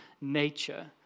nature